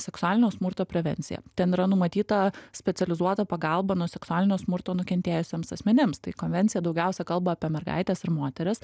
seksualinio smurto prevencija ten yra numatyta specializuota pagalba nuo seksualinio smurto nukentėjusiems asmenims tai konvencija daugiausia kalba apie mergaites ir moteris